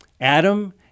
Adam